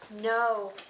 no